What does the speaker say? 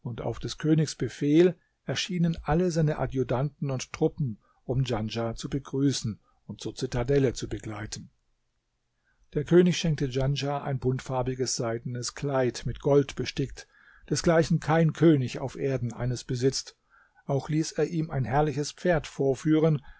auf des königs befehl erschienen alle seine adjutanten und truppen um djanschah zu begrüßen und zur zitadelle zu begleiten der könig schenkte djanschah ein buntfarbiges seidenes kleid mit gold bestickt desgleichen kein könig auf erden eines besitzt auch ließ er ihm ein herrliches pferd vorführen